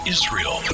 Israel